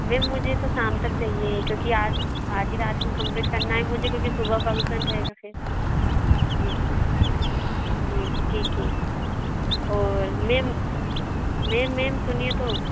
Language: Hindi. मैम मुझे तो शाम तक चाहिए क्योंकि आज आज ही रात में कंप्लीट करना है मुझे क्योंकि सुबह फंक्सन रहेगा फिर जी जी ठीक है और मेम मेम मेम सुनिए तो